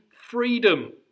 freedom